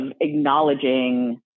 acknowledging